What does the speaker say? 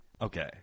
Okay